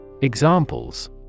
Examples